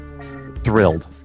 thrilled